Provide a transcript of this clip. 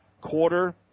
quarter